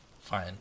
Fine